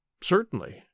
Certainly